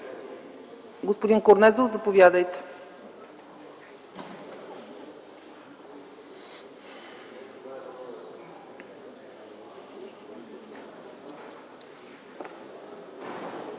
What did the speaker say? Господин Корнезов, заповядайте.